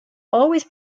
always